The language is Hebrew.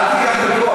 עד כדי כך?